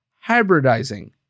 hybridizing